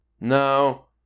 No